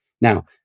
Now